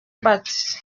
robert